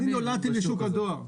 אני נולדתי לשוק הדואר.